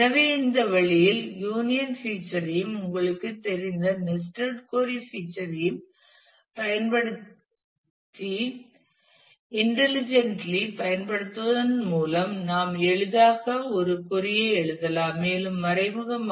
எனவே இந்த வழியில் யூனியன் பீச்சர் ஐயும் உங்களுக்குத் தெரிந்த நெஸ்டட் கொறி பீச்சர் ஐயும் பயன்படுத்தி இன்டல்லைஜன்ட்லி பயன்படுத்துவதன் மூலம் நாம் எளிதாக ஒரு கொறி ஐ எழுதலாம் மேலும் மறைமுகமாக